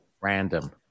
Random